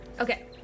okay